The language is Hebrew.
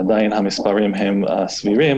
עדיין המספרים סבירים,